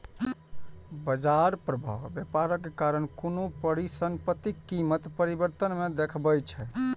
बाजार प्रभाव व्यापारक कारण कोनो परिसंपत्तिक कीमत परिवर्तन मे देखबै छै